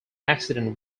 accident